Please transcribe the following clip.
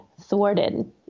thwarted